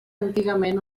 antigament